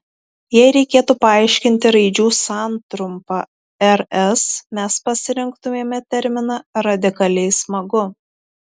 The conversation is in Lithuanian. jei reikėtų paaiškinti raidžių santrumpą rs mes pasirinktumėme terminą radikaliai smagu